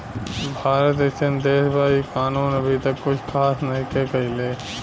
भारत एइसन देश बा इ कानून अभी तक कुछ खास नईखे कईले